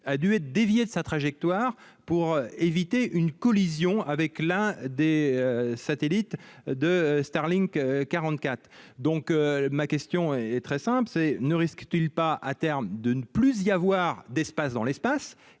a dû être dévié de sa trajectoire pour éviter une collision avec l'un des satellites de Starlink 44. Ma question est très simple : ne risque-t-il pas, à terme, de ne plus y avoir d'espace dans l'espace ?